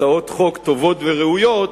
הצעות חוק טובות וראויות.